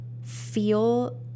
feel